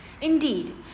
Indeed